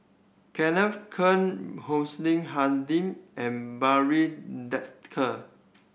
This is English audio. Kenneth Keng Hussein and Barry Desker